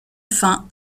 faim